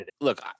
Look